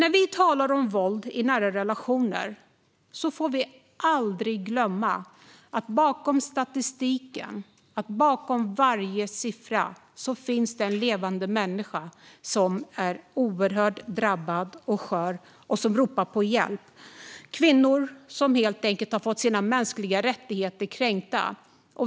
När vi talar om våld i nära relationer får vi aldrig glömma att det bakom statistiken och bakom varje siffra finns en levande människa som är oerhört drabbad och skör och som ropar på hjälp. Det är kvinnor som har fått sina mänskliga rättigheter kränkta.